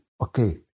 okay